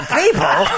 people